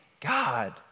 God